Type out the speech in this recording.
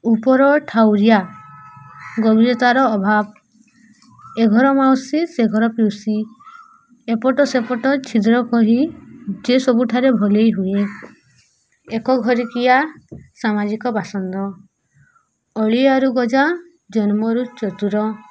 ଉପର ଠାଉରିଆ ଗଭୀରତାର ଅଭାବ ଏ ଘର ମାଉସୀ ସେ ଘର ପିଉଷୀ ଏପଟ ସେପଟ ଛିଦ୍ର କହି ଯେ ସବୁଠାରେ ଭଲେଇ ହୁଏ ଏକ ଘରିକିଆ ସାମାଜିକ ବାସନ୍ଦ ଅଳିଆରୁ ଗଜା ଜନ୍ମରୁ ଚତୁର